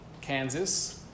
Kansas